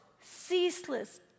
ceaseless